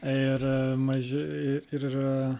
ir maži ir